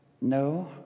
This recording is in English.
no